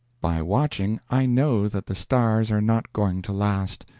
by watching, i know that the stars are not going to last.